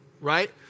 right